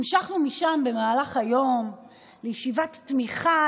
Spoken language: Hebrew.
המשכנו משם במהלך היום לישיבת תמיכה,